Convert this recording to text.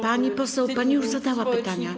Pani poseł, pani już zadała pytania.